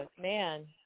Man